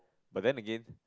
but then again